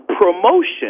promotion